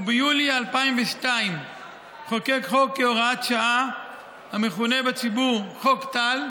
וביולי 2002 חוקק חוק המכונה בציבור "חוק טל"